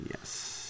Yes